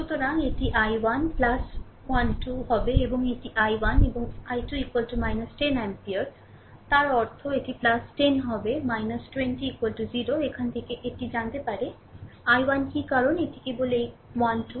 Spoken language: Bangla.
সুতরাং এটি I1 12 হবে এবং এটি I1 এবং I2 10 এমপিয়ার তার অর্থ এটি 10 হবে 20 0 এখান থেকে এটি জানতে পারে I1 কী কারণ এটি কেবল এই 12